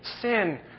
sin